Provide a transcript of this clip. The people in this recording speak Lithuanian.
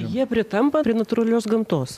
jie pritampa prie natūralios gamtos